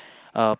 uh